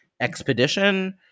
expedition